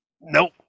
Nope